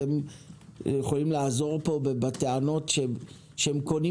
אתם יכולים לעזור פה בטענות שהם קונים